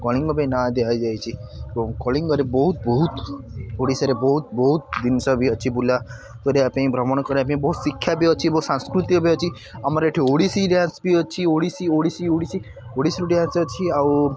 କଳିଙ୍ଗ ପାଇଁ ନା ଦିଆ ହୋଇଯାଇଛି ଏବଂ କଳିଙ୍ଗରେ ବହୁତ ବହୁତ ଓଡ଼ିଶାରେ ବହୁତ ବହୁତ ଜିନିଷ ବି ଅଛି ବୁଲା କରିବା ପାଇଁ ଭ୍ରମଣ କରିବା ପାଇଁ ବହୁତ ଶିକ୍ଷା ବି ଅଛି ବହୁତ ସାଂସ୍କୃତିକ ବି ଅଛି ଆମର ଏଇଠି ଓଡ଼ିଶୀ ଡ୍ୟାନ୍ସ ବି ଅଛି ଓଡ଼ିଶୀ ଓଡ଼ିଶୀ ଓଡ଼ିଶୀ ଓଡ଼ିଶୀ ବି ଡ୍ୟାନ୍ସ ଅଛି ଆଉ